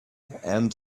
and